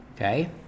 okay